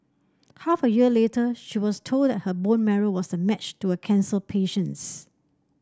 half a year later she was told that her bone marrow was a match to a cancer patient's